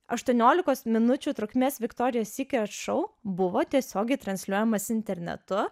aštuoniolikos minučių trukmės viktorijos sykret šou buvo tiesiogiai transliuojamas internetu